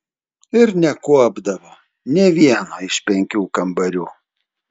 ir nekuopdavo nė vieno iš penkių kambarių